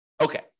Okay